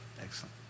Excellent